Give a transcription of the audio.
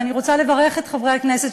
ואני רוצה לברך את חברי הכנסת,